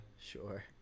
sure